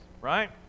right